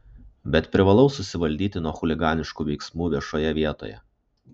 bet privalau susivaldyti nuo chuliganiškų veiksmų viešoje vietoje